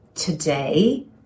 today